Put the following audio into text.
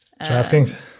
DraftKings